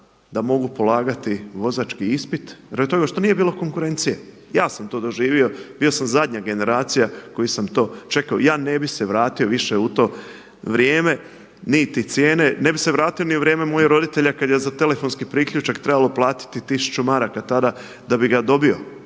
da mogu polagati vozački ispit rati toga što nije bilo konkurencije, ja sam to doživio, bio sam zadnja generacija koji sam to čekao. I ja ne bih se vratio više u to vrijeme. Ne bih se vratio ni u vrijeme mojih roditelja kada je za telefonski priključak trebalo platiti tisuću maraka tada bih ga dobio.